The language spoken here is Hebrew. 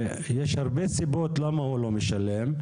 ויש הרבה סיבות למה הוא לא משלם,